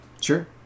Sure